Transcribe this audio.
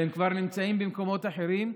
והם כבר נמצאים במקומות אחרים,